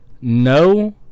no